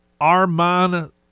Arman